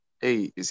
Hey